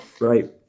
Right